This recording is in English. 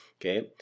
Okay